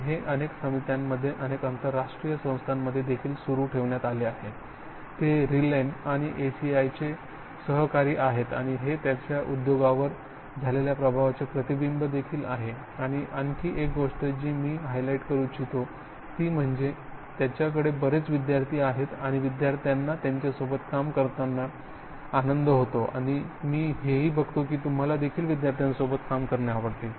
आणि हे अनेक समित्यांमध्ये अनेक आंतरराष्ट्रीय संस्थांमध्ये देखील सुरू ठेवण्यात आले आहे ते रिलेम आणि ACI चे सहकारी आहेत आणि हे त्याचा उद्योगावर झालेल्या प्रभावाचे प्रतिबिंब देखील आहे आणि आणखी एक गोष्ट जी मी हायलाइट करू इच्छितो ती म्हणजे त्याच्याकडे बरेच विद्यार्थी आहेत आणि विद्यार्थ्यांना त्याच्यासोबत काम करताना आनंद होतो आणि मी हेही बघतो की तुम्हाला देखील विद्यार्थ्यांसोबत काम करणे आवडते